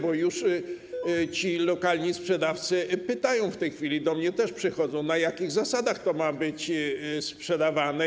Bo już ci lokalni sprzedawcy pytają w tej chwili, do mnie też przychodzą, na jakich zasadach to ma być sprzedawane.